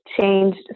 changed